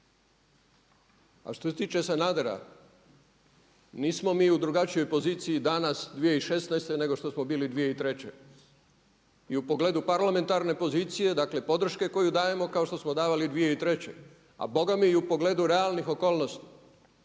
A što se tiče Sanadera nismo mi u drugačijoj poziciji danas 2016. nego što smo bili 2003. i u pogledu parlamentarne pozicije, dakle podrške koju dajemo kao što smo davali 2003. a bogami i u pogledu realnih okolnosti.